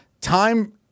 Time